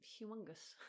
humongous